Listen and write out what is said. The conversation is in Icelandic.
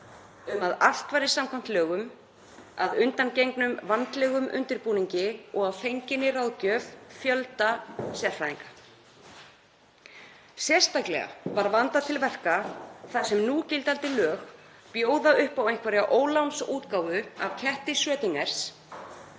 um að allt væri samkvæmt lögum, að undangengnum vandlegum undirbúningi og að fenginni ráðgjöf fjölda sérfræðinga. Sérstaklega var vandað til verka þar sem núgildandi lög bjóða upp á einhverja ólánsútgáfu af ketti Schrödingers